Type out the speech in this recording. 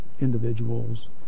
individuals